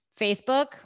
Facebook